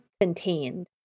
contained